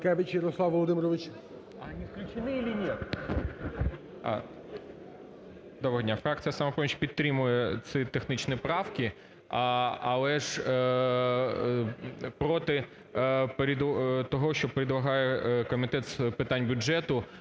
Доброго дня. Фракція "Самопоміч" підтримує ці технічні правки. Але ж проти того, що предлагає Комітет з питань бюджету